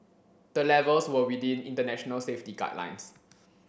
the levels were within international safety guidelines